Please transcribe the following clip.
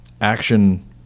action